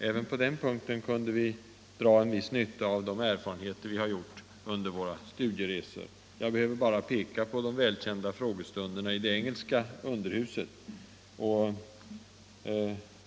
Även på den punkten kunde vi dra en viss nytta av erfarenheterna från våra studieresor. Jag behöver bara peka på de välkända frågestunderna i det engelska underhuset.